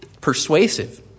Persuasive